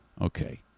okay